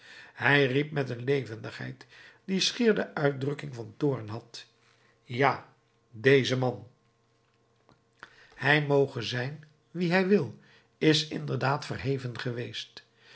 hij riep met een levendigheid die schier de uitdrukking van toorn had ja deze man hij moge zijn wie hij wil is inderdaad verheven geweest